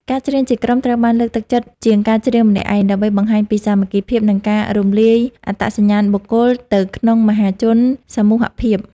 ការច្រៀងជាក្រុមត្រូវបានលើកទឹកចិត្តជាងការច្រៀងម្នាក់ឯង ដើម្បីបង្ហាញពីសាមគ្គីភាព និងការរំលាយអត្តសញ្ញាណបុគ្គលទៅក្នុងមហាជនសមូហភាព។